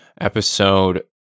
episode